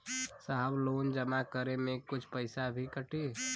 साहब लोन जमा करें में कुछ पैसा भी कटी?